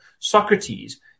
Socrates